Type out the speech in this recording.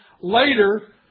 later